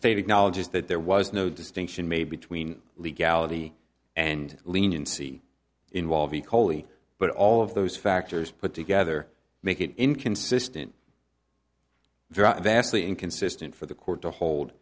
state acknowledges that there was no distinction made between legality and leniency involve e coli but all of those factors put together make it inconsistent vastly inconsistent for the court to hold